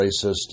racist